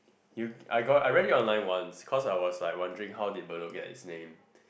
you I got I read it online once cause I was like wondering how did Bedok got it's name